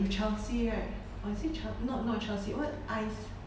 you chelsea right or is it chel~ not not chelsea what